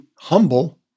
humble